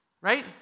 Right